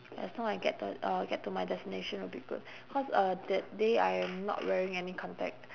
as long I get to uh get to my destination will be good cause uh that day I'm not wearing any contact